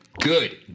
Good